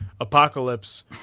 apocalypse